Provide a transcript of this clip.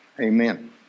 amen